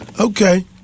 Okay